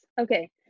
okay